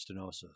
stenosis